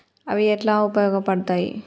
అవి ఎట్లా ఉపయోగ పడతాయి?